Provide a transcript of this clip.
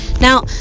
now